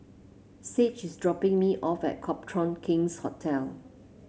Sage is dropping me off at Copthorne King's Hotel